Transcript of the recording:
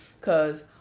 Cause